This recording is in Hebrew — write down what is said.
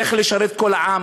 איך לשרת את כל העם,